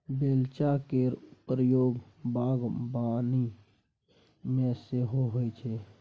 बेलचा केर प्रयोग बागबानी मे सेहो होइ छै